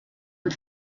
and